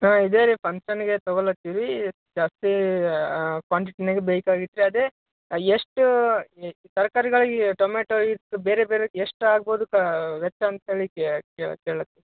ಹಾಂ ಇದೇ ರೀ ಫಂಕ್ಷನ್ನಿಗೆ ತಗೊಳತೀವಿ ಜಾಸ್ತೀ ಕ್ವಾಂಟಿಟಿನ್ಯಾಗ್ ಬೇಕಾಗಿತ್ತು ರೀ ಅದೇ ಎಷ್ಟು ತರ್ಕಾರಿಗಳಿಗೆ ಟೊಮೆಟೊ ಎಷ್ಟು ಬೇರೆ ಬೇರೆ ಎಷ್ಟು ಆಗ್ಬೋದು ವೆಚ್ಚ ಅಂತ ಹೇಳಿ ಕೇಳೋಕ್